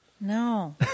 No